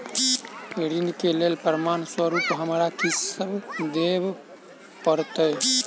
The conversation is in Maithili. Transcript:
ऋण केँ लेल प्रमाण स्वरूप हमरा की सब देब पड़तय?